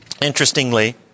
Interestingly